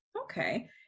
Okay